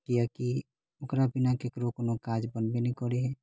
कियाकि ओकरा बिना केकरो काज बनबे नहि करै हँ